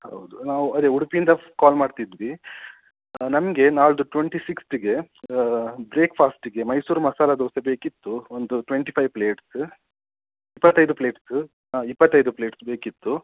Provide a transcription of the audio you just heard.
ಹೌದು ನಾವು ಅದೇ ಉಡುಪಿಯಿಂದ ಕಾಲ್ ಮಾಡ್ತಿದ್ವಿ ನನಗೆ ನಾಡಿದ್ದು ಟ್ವೆಂಟಿ ಸಿಕ್ಸ್ತ್ಗೆ ಬ್ರೇಕ್ಫಾಸ್ಟಿಗೆ ಮೈಸೂರು ಮಸಾಲೆ ದೋಸೆ ಬೇಕಿತ್ತು ಒಂದು ಟ್ವೆಂಟಿ ಫೈವ್ ಪ್ಲೇಟ್ಸು ಇಪ್ಪತ್ತೈದು ಪ್ಲೇಟ್ಸು ಹಾಂ ಇಪ್ಪತ್ತೈದು ಪ್ಲೇಟ್ಸ್ ಬೇಕಿತ್ತು